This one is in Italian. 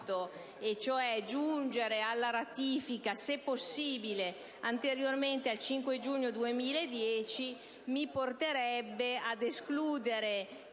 e, cioè, giungere alla ratifica «se possibile anteriormente al 5 giugno 2010» mi porterebbe ad escludere